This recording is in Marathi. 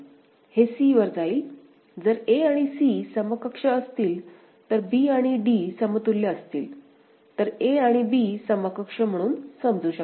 हे c वर जाईल जर a आणि c समकक्ष असतील आणि b आणि d समतुल्य असतील तर a आणि b समकक्ष म्हणून समजू शकतात